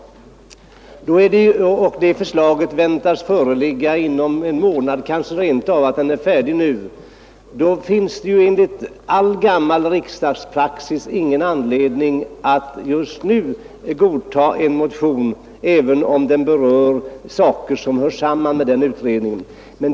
Om en månad väntas förslaget föreligga, det kanske rent av är färdigt nu. Då finns det ju enligt all gammal riksdagspraxis ingen anledning att just nu godta en motion, som berör saker som hör samman med den nämnda utredningen.